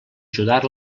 ajudar